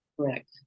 Correct